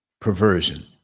Perversion